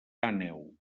àneu